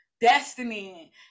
destiny